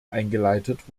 eingeleitet